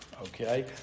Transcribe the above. okay